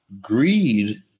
greed